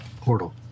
Portal